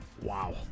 Wow